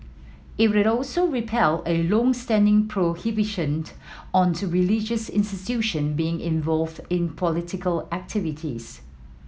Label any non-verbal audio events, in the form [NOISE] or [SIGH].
it [UNINTELLIGIBLE] also repeal a long standing prohibition [UNINTELLIGIBLE] on to religious institution being involved in political activities